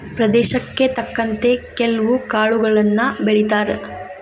ಪ್ರದೇಶಕ್ಕೆ ತಕ್ಕಂತೆ ಕೆಲ್ವು ಕಾಳುಗಳನ್ನಾ ಬೆಳಿತಾರ